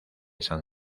san